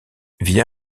via